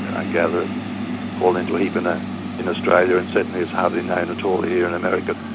i gather it fall into a heap in ah in australia and certainly is hardly known at all here in america.